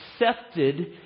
accepted